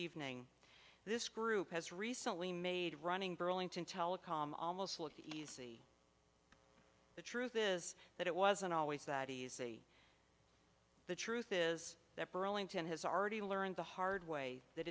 evening this group has recently made running burlington telecom almost look easy the truth is that it wasn't always that easy the truth is that burlington has already learned the hard way that